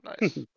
Nice